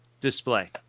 display